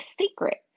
secret